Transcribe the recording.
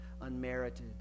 unmerited